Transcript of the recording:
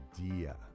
idea